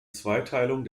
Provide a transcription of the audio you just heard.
zweiteilung